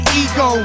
ego